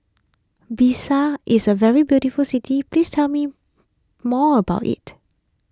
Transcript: Bissau is a very beautiful city please tell me more about it